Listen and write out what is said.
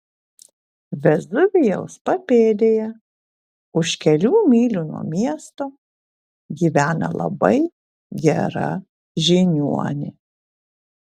vezuvijaus papėdėje už kelių mylių nuo miesto gyvena labai gera žiniuonė